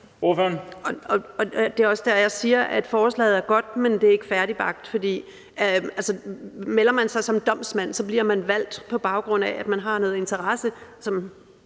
Det er også der, jeg siger, at forslaget er godt, men det er ikke færdigbagt. For, altså, melder man sig som domsmand, bliver man valgt på baggrund af, at man noget interesse